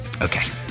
okay